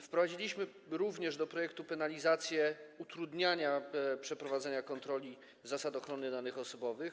Wprowadziliśmy również do projektu penalizację utrudniania przeprowadzania kontroli zasad ochrony danych osobowych.